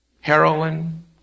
heroin